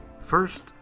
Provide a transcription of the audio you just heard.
First